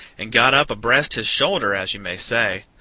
and got up abreast his shoulder, as you may say.